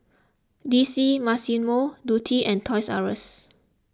D C Massimo Dutti and Toys R Us